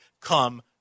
come